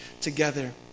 together